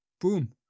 Boom